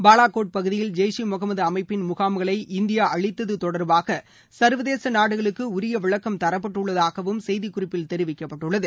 பாலகோட் பகுதியில் ஜெய்ஸ் இ முகமது அமைப்பின் முகாம்களை இந்தியா அழித்தது தொடா்பாக ச்வதேச நாடுகளுக்கு உரிய விளக்கம் தரப்பட்டுள்ளதாகவும் செய்தி குறிப்பில் தெரிவிக்கப்பட்டுள்ளது